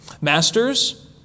Masters